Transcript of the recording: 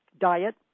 diet